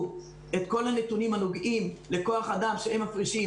את כל הנתונים הנוגעים לכוח אדם שהם מפרישים,